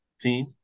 team